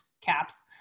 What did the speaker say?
Caps